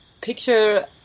Picture